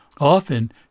Often